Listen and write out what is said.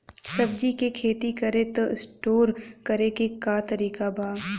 सब्जी के खेती करी त स्टोर करे के का तरीका बा?